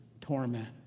torment